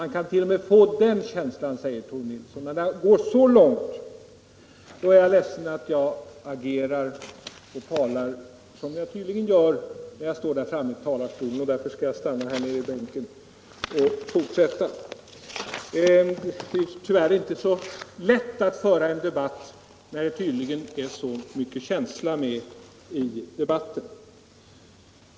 När det kan gå så långt är jag ledsen att jag agerar och talar som jag tydligen gör då jag står där framme i talarstolen, och därför skall jag stanna här nere i bänken och fortsätta. Det är tyvärr inte så lätt att föra en debatt där det tydligen är så mycket känsla med i diskussionen.